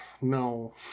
no